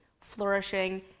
flourishing